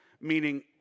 meaning